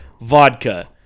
vodka